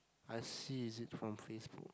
I see is it from FaceBook